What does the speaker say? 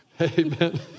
Amen